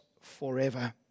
forever